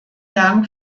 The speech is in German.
dank